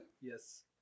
Yes